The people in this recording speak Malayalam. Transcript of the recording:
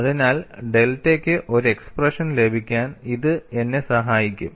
അതിനാൽ ഡെൽറ്റയ്ക്ക് ഒരു എക്സ്പ്രഷൻ ലഭിക്കാൻ ഇത് എന്നെ സഹായിക്കും